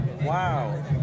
Wow